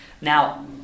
Now